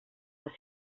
les